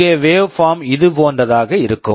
இங்கே waveform waveform இதுபோன்றதாக இருக்கும்